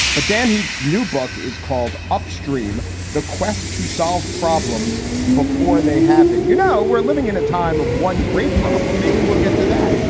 but dan heath's new book is called upstream the quest to solve. problems before they happen. you know, we're living in a time of one great problem, maybe we'll get to that.